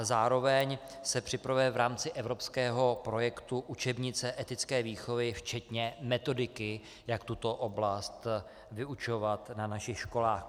Zároveň se připravuje v rámci evropského projektu učebnice etické výchovy včetně metodiky, jak tuto oblast vyučovat na našich školách.